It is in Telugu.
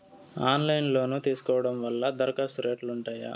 ఆన్లైన్ లో లోను తీసుకోవడం వల్ల దరఖాస్తు రేట్లు ఉంటాయా?